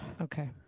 Okay